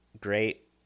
Great